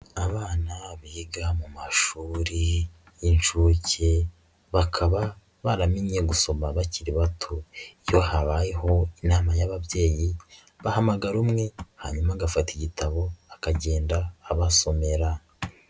Abana biga mu mashuri y'inshuke bakaba baramenye gusoma bakiri bato, iyo habayeho inama y'ababyeyi bahamagara umwe hanyuma agafata igitabo akagenda abasomera.